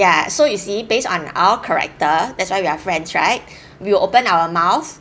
ya so is he based on our character that's why we are friends right we will open our mouth